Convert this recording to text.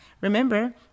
Remember